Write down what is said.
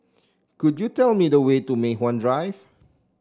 could you tell me the way to Mei Hwan Drive